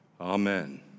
amen